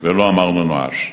ולא אמרנו נואש.